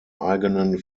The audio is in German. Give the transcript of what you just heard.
eigenen